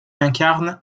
incarne